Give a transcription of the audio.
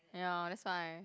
ya that's why